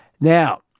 Now